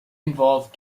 involve